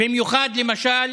במיוחד, למשל,